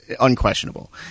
unquestionable